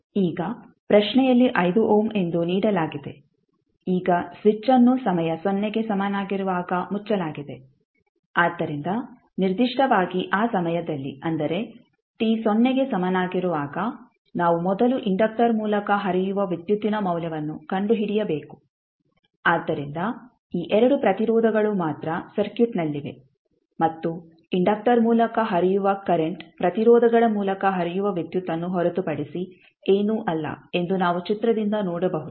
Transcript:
ಈಗ ಪ್ರಶ್ನೆಯಲ್ಲಿ 5 ಓಮ್ ಎಂದು ನೀಡಲಾಗಿದೆ ಈಗ ಸ್ವಿಚ್ ಅನ್ನು ಸಮಯ ಸೊನ್ನೆಗೆ ಸಮನಾಗಿರುವಾಗ ಮುಚ್ಚಲಾಗಿದೆ ಆದ್ದರಿಂದ ನಿರ್ದಿಷ್ಟವಾಗಿ ಆ ಸಮಯದಲ್ಲಿ ಅಂದರೆ t ಸೊನ್ನೆಗೆ ಸಮನಾಗಿರುವಾಗ ನಾವು ಮೊದಲು ಇಂಡಕ್ಟರ್ ಮೂಲಕ ಹರಿಯುವ ವಿದ್ಯುತ್ತಿನ ಮೌಲ್ಯವನ್ನು ಕಂಡುಹಿಡಿಯಬೇಕು ಆದ್ದರಿಂದ ಈ 2 ಪ್ರತಿರೋಧಗಳು ಮಾತ್ರ ಸರ್ಕ್ಯೂಟ್ನಲ್ಲಿವೆ ಮತ್ತು ಇಂಡಕ್ಟರ್ ಮೂಲಕ ಹರಿಯುವ ಕರೆಂಟ್ ಪ್ರತಿರೋಧಗಳ ಮೂಲಕ ಹರಿಯುವ ವಿದ್ಯುತನ್ನು ಹೊರತುಪಡಿಸಿ ಏನೂ ಅಲ್ಲ ಎಂದು ನಾವು ಚಿತ್ರದಿಂದ ನೋಡಬಹುದು